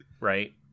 right